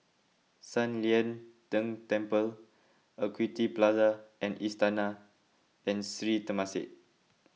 San Lian Deng Temple Equity Plaza and Istana and Sri Temasek